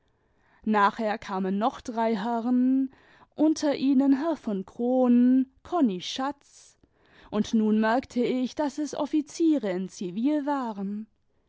nachher kamen noch drei herren unter ihnen herr von kronen konnis schatz und nun merkte ich daß es offiziere in zivil waren